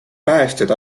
päästjad